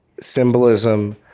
symbolism